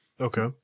Okay